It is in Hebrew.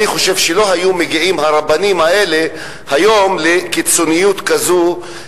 היום לא היו הרבנים האלה מגיעים לקיצוניות כזאת,